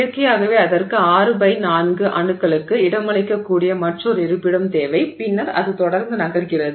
இயற்கையாகவே அதற்கு 6 பை 4 அணுக்களுக்கு இடமளிக்கக்கூடிய மற்றொரு இருப்பிடம் தேவை பின்னர் அது தொடர்ந்து நகர்கிறது